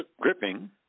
Gripping